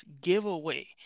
giveaway